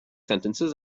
sentences